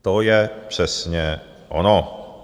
To je přesně ono.